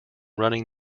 running